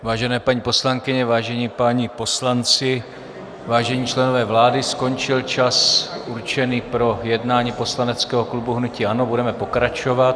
Vážené paní poslankyně, vážení páni poslanci, vážení členové vlády, skončil čas určený pro jednání poslaneckého klubu hnutí ANO, budeme pokračovat.